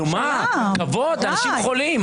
כבוד, אנשים חולים.